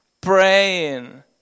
praying